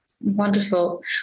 Wonderful